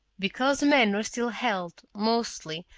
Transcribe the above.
because men were still held, mostly,